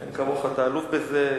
אין כמוך, אתה אלוף בזה.